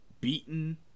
beaten